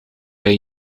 bij